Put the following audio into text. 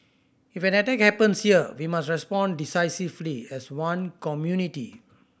if an attack happens here we must respond decisively as one community